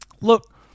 Look